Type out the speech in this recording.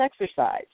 exercise